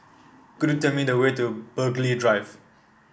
could you tell me the way to Burghley Drive